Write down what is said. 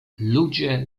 ludzie